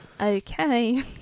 Okay